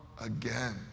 again